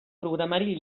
programari